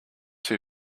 too